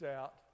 out